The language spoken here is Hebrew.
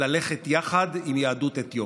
ללכת יחד עם יהדות אתיופיה.